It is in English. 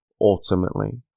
ultimately